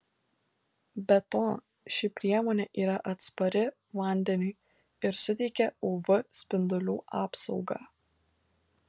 be to ši priemonė yra atspari vandeniui ir suteikia uv spindulių apsaugą